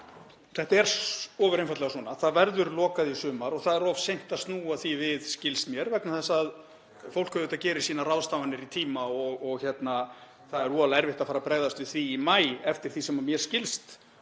Þetta er ofur einfaldlega svona: Það verður lokað í sumar og það er of seint að snúa því við, skilst mér, vegna þess að fólk gerir sínar ráðstafanir í tíma og það er voðalega erfitt að fara að bregðast við því í maí, eftir því sem mér skilst